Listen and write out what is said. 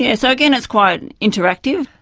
yeah so again, it's quite and interactive.